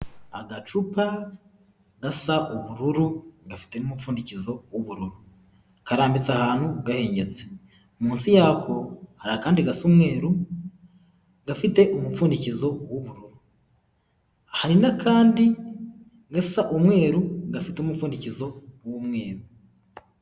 Agacupa gasa ubururu, gafite n'umupfundikizo w'ubururu. Karambitse ahantu gahengetse. Munsi yako hari akandi gasa umweru, gafite umupfundikizo w'ubururu. Hari n'akandi gasa umweru, gafite umupfundikizo w'umweru.